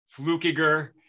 Flukiger